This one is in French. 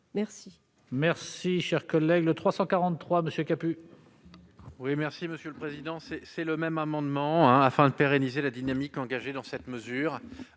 Merci,